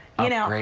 you know,